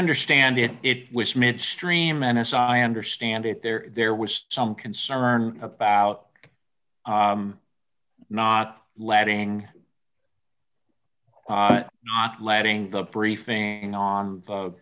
understand it it was midstream n s i understand it there there was some concern about not letting ont letting the briefing on